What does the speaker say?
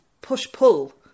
push-pull